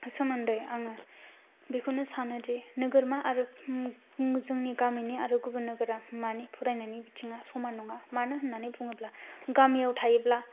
सोमोन्दै आङो बेखौनो सानोदि नोगोरमा आरो जोंनि गामिनि आरो गुबुन नोगोरमाफोरनि फरायनायनि बिथिङा समान नङा मानो होननानै बुङोब्ला गामियाव थायोब्ला